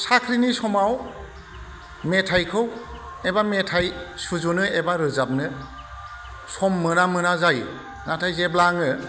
साख्रिनि समाव मेथाइखौ एबा मेथाइ सुजुनो एबा रोजाबनो सम मोना मोना जायो नाथाय जेब्ला आङो